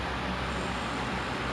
mm I see I see